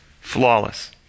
flawless